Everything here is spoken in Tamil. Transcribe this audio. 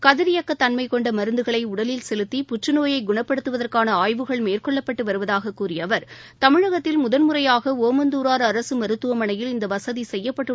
குதியக்க தன்ம கொண்ட மருந்துகளை உடலில் செலுத்தி புற்றுநோயை குணப்படுத்துவதற்கான ஆய்வுகள் மேற்கொள்ளப்பட்டு வருவதாகக் கூறிய அவர் தமிழகத்தில் முதல் முறையாக ஒமந்தூராா் அரசு மருத்துவமனையில் இந்த வசதி செய்யப்பட்டுள்ளதாகத் தெரிவித்தாா்